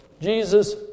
Jesus